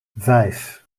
vijf